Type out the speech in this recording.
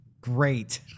great